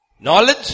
Knowledge